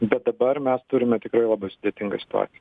bet dabar mes turime tikrai labai sudėtingą situaciją